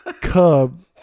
cub